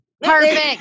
Perfect